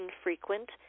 infrequent